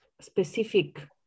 specific